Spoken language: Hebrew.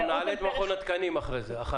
רכבים -- נעלה את מכון התקנים אחרייך.